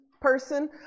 person